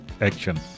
action